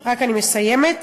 רק מסיימת.